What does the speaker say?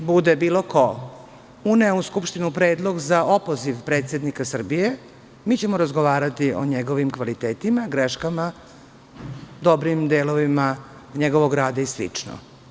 Čim bude bilo ko uneo u Skupštinu predlog za opoziv predsednika Srbije, mi ćemo razgovarati o njegovim kvalitetima, greškama, dobrim delovima njegovog rada i slično.